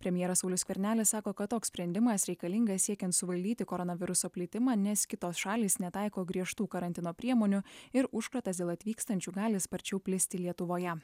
premjeras saulius skvernelis sako kad toks sprendimas reikalingas siekiant suvaldyti koronaviruso plitimą nes kitos šalys netaiko griežtų karantino priemonių ir užkratas dėl atvykstančių gali sparčiau plisti lietuvoje